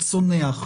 צונח.